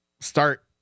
start